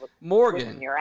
Morgan